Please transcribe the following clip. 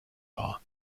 war